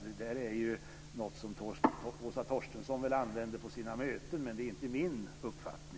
Det är något som Åsa Torstensson väl använder på sina möten, men det är inte min uppfattning.